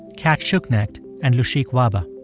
cat schuknecht and lushik wahba.